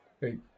Hey